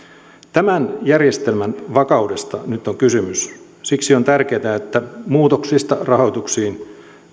tämän järjestelmän vakaudesta nyt on kysymys siksi on tärkeätä että muutoksista rahoituksiin